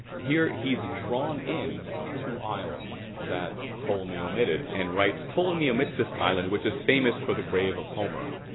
here he's drawn in two islands that ptolemy omitted and writes ptolemy omits this island which is famous for the grave of homer.